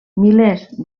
milers